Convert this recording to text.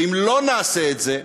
ואם לא נעשה את זה,